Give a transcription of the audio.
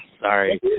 Sorry